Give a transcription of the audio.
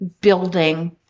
building